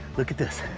look at this.